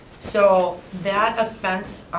so, that offense,